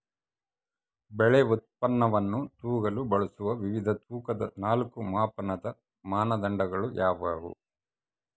ಬೆಳೆ ಉತ್ಪನ್ನವನ್ನು ತೂಗಲು ಬಳಸುವ ವಿವಿಧ ತೂಕದ ನಾಲ್ಕು ಮಾಪನದ ಮಾನದಂಡಗಳು ಯಾವುವು?